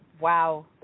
Wow